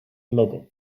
logo